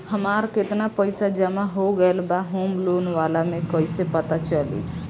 हमार केतना पईसा जमा हो गएल बा होम लोन वाला मे कइसे पता चली?